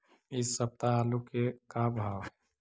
इ सप्ताह आलू के का भाव है?